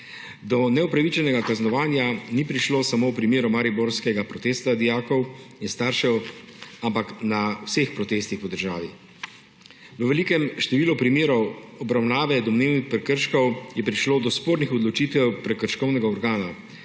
Do neupravičenega kaznovanja ni prišlo samo v primeru mariborskega protesta dijakov in staršev, ampak na vseh protestih v državi. V velikem številu primerov obravnave domnevnih prekrškov je prišlo do spornih odločitev prekrškovnega organa,